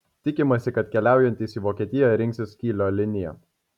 tikimasi kad keliaujantys į vokietiją rinksis kylio liniją